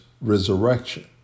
resurrection